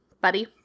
Buddy